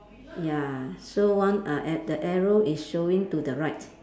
ya so one uh at the arrow is showing to the right